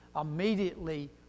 immediately